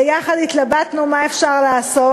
ויחד התלבטנו מה אפשר לעשות.